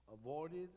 avoided